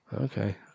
Okay